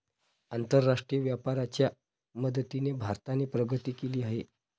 आंतरराष्ट्रीय व्यापाराच्या मदतीने भारताने प्रगती केली आहे